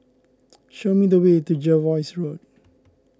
show me the way to Jervois Road